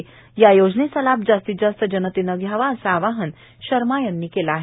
सदर योजनेचा लाभ जास्तीत जास्त जनतेने घ्यावा असं आवाहन शर्मा यांनी केलं आहे